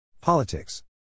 Politics